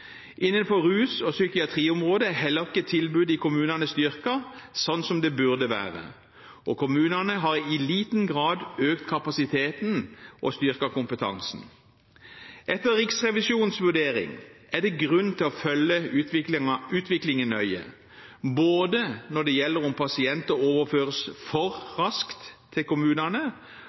Innenfor rus- og psykiatriområdet er heller ikke tilbudet i kommunene styrket slik det burde være. Kommunene har i liten grad økt kapasiteten og styrket kompetansen. Etter Riksrevisjonens vurdering er det grunn til å følge utviklingen nøye, når det gjelder både om pasienter overføres for raskt til kommunene,